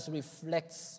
reflects